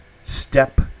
step